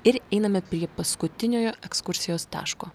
ir einame prie paskutiniojo ekskursijos taško